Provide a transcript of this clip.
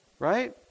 Right